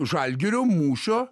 žalgirio mūšio